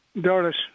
Doris